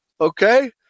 Okay